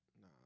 Nah